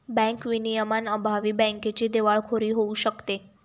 bank विनियमांअभावी बँकेची दिवाळखोरी होऊ शकते